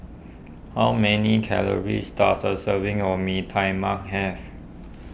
how many calories does a serving of Mee Tai Mak have